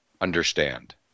understand